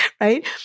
Right